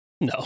No